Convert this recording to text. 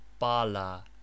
Pala